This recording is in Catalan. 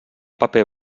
paper